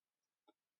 אנטישמיות